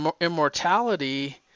immortality